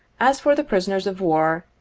as for the prisoners of war,